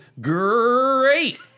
great